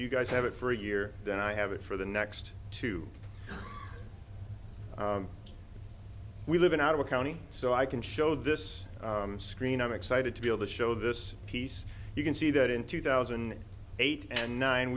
you guys have it for a year then i have it for the next two we live in ottawa county so i can show this screen i'm excited to be able to show this piece you can see that in two thousand and eight and nine